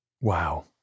Wow